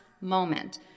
moment